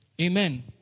amen